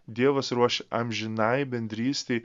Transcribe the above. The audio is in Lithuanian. dievas ruošia amžinai bendrystei